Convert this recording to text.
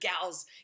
gals